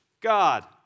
God